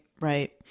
right